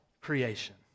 creation